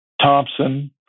thompson